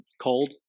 cold